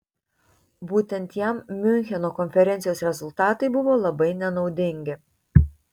būtent jam miuncheno konferencijos rezultatai buvo labai nenaudingi